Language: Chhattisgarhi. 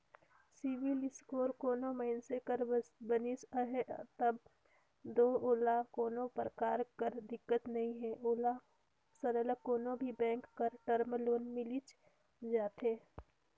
सिविल इस्कोर कोनो मइनसे कर बनिस अहे तब दो ओला कोनो परकार कर दिक्कत नी हे ओला सरलग कोनो भी बेंक कर टर्म लोन मिलिच जाथे